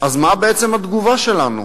אז מה בעצם התגובה שלנו?